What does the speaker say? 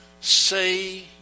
Say